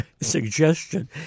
suggestion